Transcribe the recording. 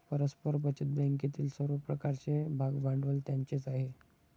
परस्पर बचत बँकेतील सर्व प्रकारचे भागभांडवल त्यांचेच आहे